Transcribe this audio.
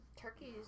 turkeys